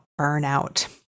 burnout